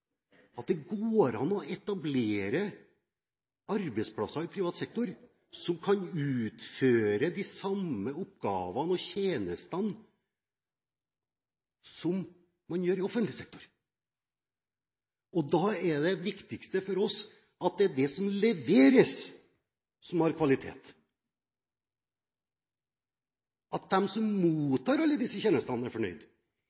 at det går an å etablere arbeidsplasser i privat sektor som kan utføre de samme oppgavene og tjenestene som man gjør i offentlig sektor. Da er det viktigste for oss at det er det som leveres, som har kvalitet, at de som